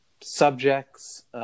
subjects